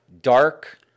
dark